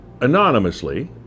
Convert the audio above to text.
anonymously